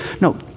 No